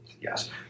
Yes